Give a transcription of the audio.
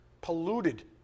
polluted